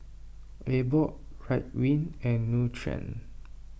Abbott Ridwind and Nutren